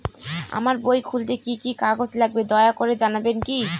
আমার বই খুলতে কি কি কাগজ লাগবে দয়া করে জানাবেন কি?